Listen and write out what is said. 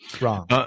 Wrong